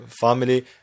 family